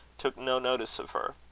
took no notice of her.